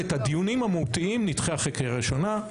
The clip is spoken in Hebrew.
ואת הדיונים המהותיים נדחה אחרי קריאה ראשונה.